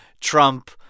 Trump